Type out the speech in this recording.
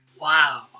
wow